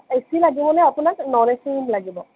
এ C লাগিবনে আপোনাক ন'ন এ চি ৰূম লাগিব